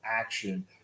action